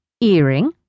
Earring